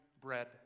bread